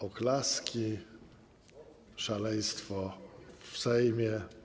Oklaski, szaleństwo w Sejmie.